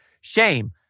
shame